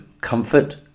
comfort